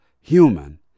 human